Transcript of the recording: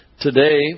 today